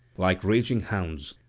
like raging hounds,